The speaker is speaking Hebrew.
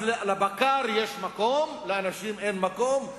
אז לבקר יש מקום, לאנשים אין מקום.